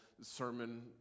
sermon